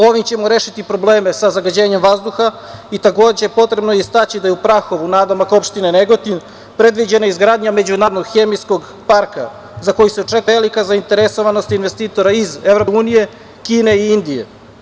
Ovim ćemo rešiti probleme sa zagađenjem vazduha i takođe je potrebno istaći da je u Prahovu, nadomak opštine Negotin, predviđena izgradnja međunarodnog hemijskog parka za koji se očekuje velika zainteresovanost investitora iz EU, Kine i Indije.